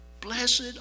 blessed